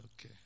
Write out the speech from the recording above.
Okay